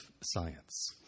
science